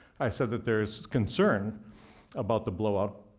i said that there is concern about the blowup,